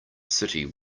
city